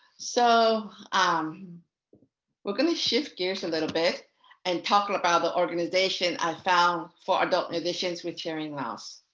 so um we're going to shift gears a little bit and talk about the organization i found for adult musicians with hearing loss.